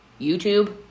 YouTube